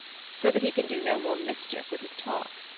so that he can do no more mischief with his talk.